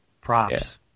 props